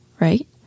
right